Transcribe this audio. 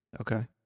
Okay